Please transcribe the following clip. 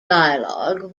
dialogue